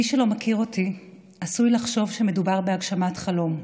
מי שלא מכיר אותי עשוי לחשוב שמדובר בהגשמת חלום.